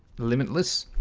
limitless